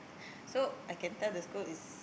so I can tell the school is